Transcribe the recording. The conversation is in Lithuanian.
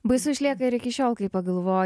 baisu išlieka ir iki šiol kai pagalvoji